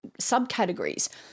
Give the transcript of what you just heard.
subcategories